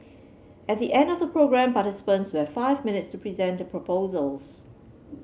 at the end of the programme participants will have five minutes to present the proposals